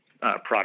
product